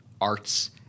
arts